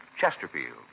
Chesterfield